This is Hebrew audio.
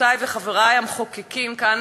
חברותי וחברי המחוקקים כאן,